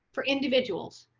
for individuals.